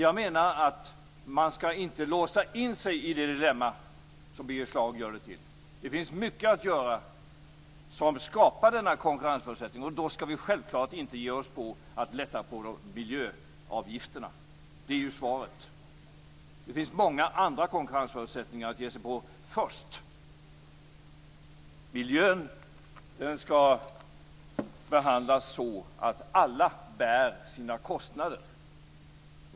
Jag menar att man inte skall låsa in sig i det dilemma som Birger Schlaug gör det till. Det finns mycket att göra som skapar denna konkurrensförutsättning, och då skall vi självklart inte ge oss på att lätta på miljöavgifterna. Det är svaret. Det finns många andra konkurrensförutsättningar att ge sig på först. Miljön skall behandlas så, att alla bär sina kostnader.